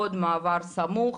עוד מעבר סמוך,